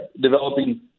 developing